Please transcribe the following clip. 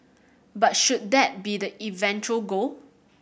but should that be the eventual goal